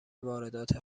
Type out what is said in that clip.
واردات